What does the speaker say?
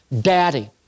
daddy